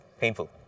painful